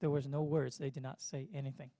there was no words they did not say anything